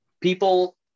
People